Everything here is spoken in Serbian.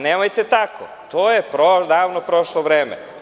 Nemojte tako, to je davno prošlo vreme.